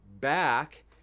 back